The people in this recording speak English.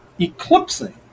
eclipsing